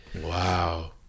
wow